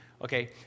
Okay